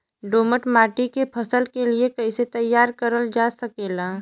दोमट माटी के फसल के लिए कैसे तैयार करल जा सकेला?